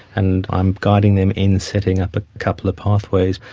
and i'm guiding them in setting up a couple of pathways.